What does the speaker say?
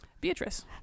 Beatrice